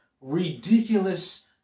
ridiculous